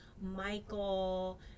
Michael